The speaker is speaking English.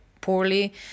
poorly